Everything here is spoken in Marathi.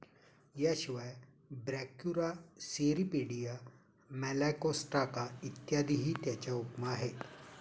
याशिवाय ब्रॅक्युरा, सेरीपेडिया, मेलॅकोस्ट्राका इत्यादीही त्याच्या उपमा आहेत